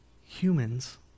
humans